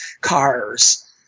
cars